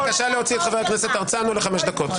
בבקשה להוציא את חבר הכנסת הרצנו לחמש דקות.